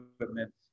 equipment